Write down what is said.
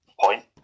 point